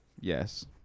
Yes